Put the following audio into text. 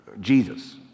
Jesus